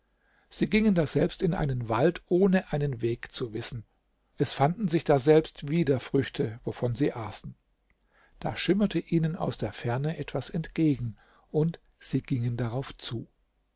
sie gingen daselbst in einen wald ohne einen weg zu wissen es fanden sich daselbst wieder früchte wovon sie aßen da schimmerte ihnen aus der ferne etwas entgegen und sie gingen darauf zu